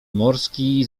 morski